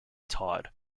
todd